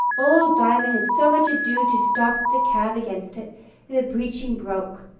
old diamond had so much ado to stop the cab against it, that the breeching broke.